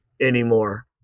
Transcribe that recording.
anymore